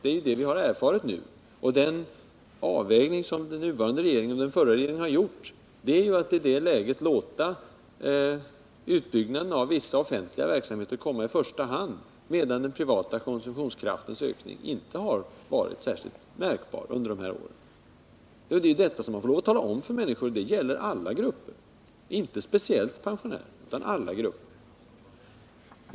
Det är ju det vi har erfarit nu, och den avvägning som den nuvarande och den förra regeringen gjort går ut på att i det läget låta utbyggnaden av vissa offentliga verksamheter komma i första hand, medan den privata konsumtionskraftens ökning inte har varit särskilt märkbar under de här åren. Det är detta som man får lov att tala om för människorna. Det gäller alla grupper — inte speciellt pensionärer utan alla grupper.